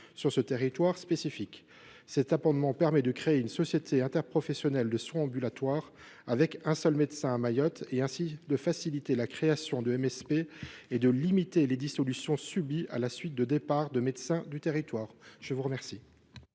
sur ce territoire spécifique. Cet amendement permet de créer une société interprofessionnelle de soins ambulatoires (Sisa) avec un seul médecin à Mayotte, ce qui facilitera la création de MSP et limitera les dissolutions subies à la suite du départ de médecins du territoire. La parole